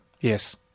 Yes